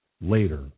later